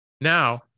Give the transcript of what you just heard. Now